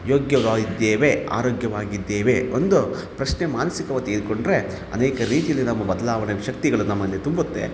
ಯೋಗ್ಯರಾಯಿದ್ದೇವೆ ಆರೋಗ್ಯವಾಗಿದ್ದೇವೆ ಒಂದು ಪ್ರಶ್ನೆ ಮಾನಸಿಕವಾಗಿ ತೆಗೆದುಕೊಂಡ್ರೆ ಅನೇಕ ರೀತಿಯಲ್ಲಿ ನಮ್ಮ ಬದಲಾವಣೆಯ ಶಕ್ತಿಗಳು ನಮ್ಮಲ್ಲಿ ತುಂಬುತ್ತೆ